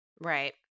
Right